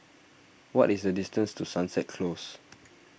what is the distance to Sunset Close